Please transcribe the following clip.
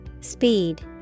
speed